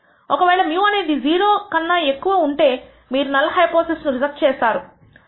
ఒక వేళ μ అనేది 0 కన్నా ఎక్కువఉంటే మీరు నల్ హైపోథిసిస్ ను రిజెక్ట్ చేస్తారు